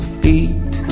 feet